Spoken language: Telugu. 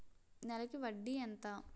నెలకి వడ్డీ ఎంత?